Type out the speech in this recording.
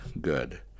good